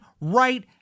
right